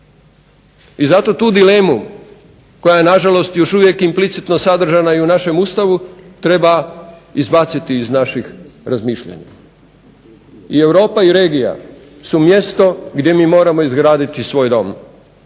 I zato tu dilemu koja je na žalost još uvijek implicitno sadržana i u našem Ustavu treba izbaciti iz naših razmišljanja. I Europa i regija su mjesto gdje mi moramo izgraditi svoj dom.